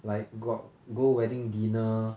like got go wedding dinner